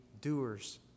doers